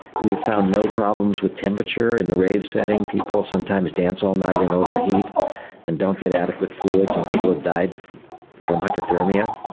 we've found no problems with temperature in the rave setting people sometimes dance all night and overheat and don't get adequate fluids and people have died from hypothermia.